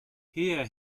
here